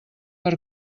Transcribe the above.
per